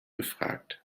befragt